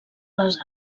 les